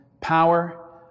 power